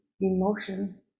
emotion